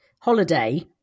holiday